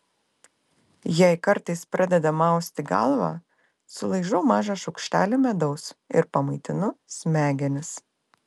jei kartais pradeda mausti galvą sulaižau mažą šaukštelį medaus ir pamaitinu smegenis